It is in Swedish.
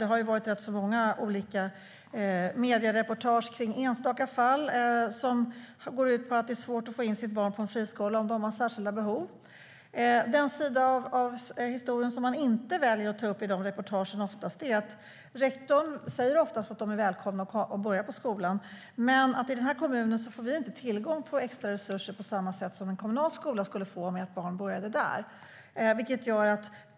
Det har varit rätt många mediereportage kring enstaka fall som går ut på att det är svårt att få in sitt barn på en friskola om det har särskilda behov. Den sida av historien som man oftast inte väljer att ta upp i de reportagen är att rektorn oftast säger att de är välkomna att börja på skolan. Rektorn säger också: Men i den här kommunen får vi inte tillgång till extraresurser på samma sätt som en kommunal skola skulle få om ert barn börjar där.